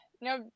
no